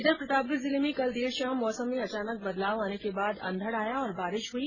इधर प्रतापगढ जिले में कल देर शाम मौसम में अचानक बदलाव आने के बाद अंधड आया और बारिश हुई